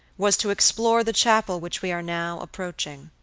was to explore the chapel which we are now approaching.